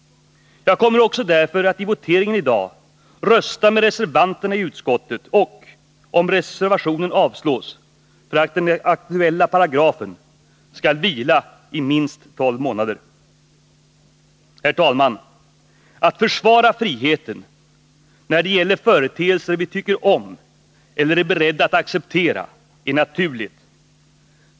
Jag kommer därför också att i voteringen i dag rösta med reservanterna i utskottet och, om reservationen avslås, för återremiss till KU i syfte att den aktuella paragrafen skall vila i minst tolv månader. Herr talman! Att försvara friheten när det gäller företeelser vi tycker om eller är beredda att acceptera är naturligt.